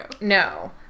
No